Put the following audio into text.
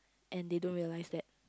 and they don't realise that